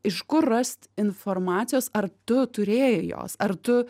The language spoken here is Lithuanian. iš kur rast informacijos ar tu turėjai jos ar tu